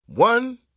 One